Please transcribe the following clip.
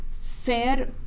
fair